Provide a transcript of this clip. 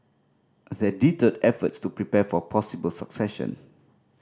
that deterred efforts to prepare for possible succession